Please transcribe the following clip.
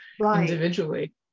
individually